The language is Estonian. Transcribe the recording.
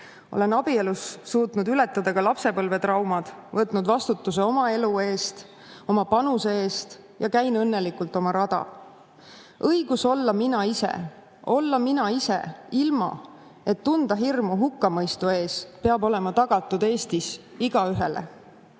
Olen abielus suutnud ületada ka lapsepõlvetraumad, võtnud vastutuse oma elu eest, oma panuse eest ja käin õnnelikult oma rada. Õigus olla mina ise, olla mina ise, ilma et tunda hirmu hukkamõistu ees, peab olema tagatud Eestis igaühele.